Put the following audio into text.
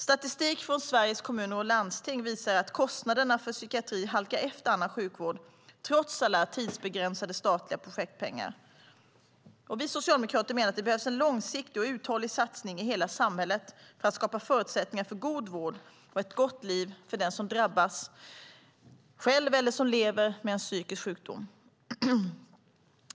Statistik från Sveriges Kommuner och Landsting, SKL, visar att kostnaderna för psykiatri halkar efter annan sjukvård, trots alla tidsbegränsade statliga projektpengar. Vi socialdemokrater menar att det behövs en långsiktig och uthållig satsning i hela samhället för att skapa förutsättningar för god vård och ett gott liv för den som drabbas av eller lever med en psykisk sjukdom.